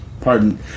Pardon